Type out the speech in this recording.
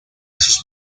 sus